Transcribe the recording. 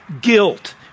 guilt